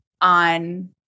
on